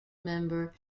member